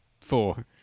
four